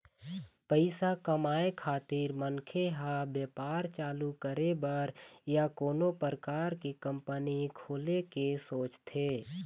पइसा कमाए खातिर मनखे ह बेपार चालू करे बर या कोनो परकार के कंपनी खोले के सोचथे